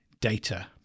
data